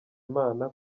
imana